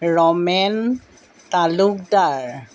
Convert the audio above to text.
Ramen Talukdar